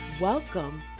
Welcome